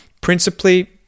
principally